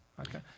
Okay